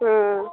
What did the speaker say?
ह्म्म